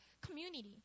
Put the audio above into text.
community